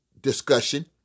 discussion